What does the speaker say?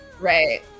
Right